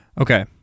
okay